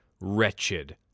wretched